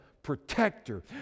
protector